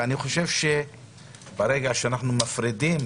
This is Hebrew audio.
ואני חושב שברגע שאנחנו מפרידים